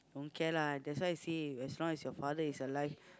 don't care lah that's why I say as long as your father is alive